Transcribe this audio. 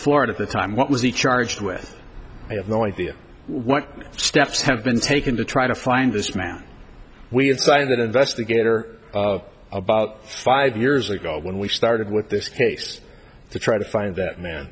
florida at the time what was he charged with i have no idea what steps have been taken to try to find this man we had signed that investigator about five years ago when we started with this case to try to find that man